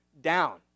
down